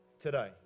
today